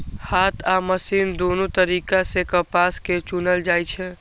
हाथ आ मशीन दुनू तरीका सं कपास कें चुनल जाइ छै